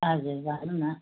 हजुर भन्नु न